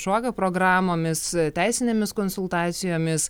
šokių programomis teisinėmis konsultacijomis